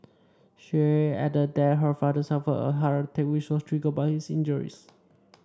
she added that her father suffered a heart attack which was triggered by his injuries